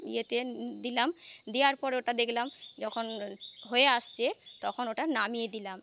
ইয়েতে দিলাম দেওয়ার পর ওটা দেখলাম যখন হয়ে আসছে তখন ওটা নামিয়ে দিলাম